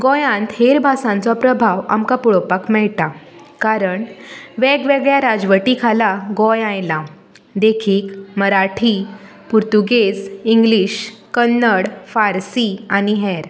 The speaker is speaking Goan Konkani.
गोंयांत हेर भासांचो प्रभाव आमकां पळोवपाक मेळटा कारण वेगवगळ्या राजवटी खाला गोंय आयलां देखीक मराठी पुर्तुगेज इंग्लीश कन्नड फारसी आनी हेर